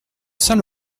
saint